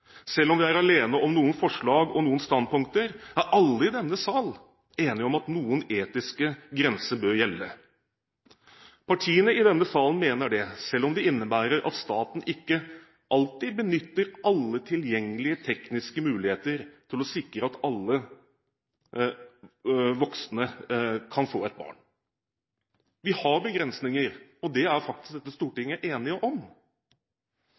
Selv om vi er alene om noen forslag og noen standpunkter, er alle i denne sal enige om at noen etiske grenser bør gjelde. Partiene i denne salen mener det, selv om det innebærer at staten ikke alltid benytter alle tilgjengelige tekniske muligheter som sikrer at alle voksne kan få et barn. Vi har begrensninger, og det er faktisk dette storting enig om.